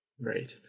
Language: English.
Right